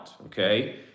okay